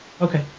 Okay